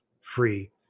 free